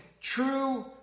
true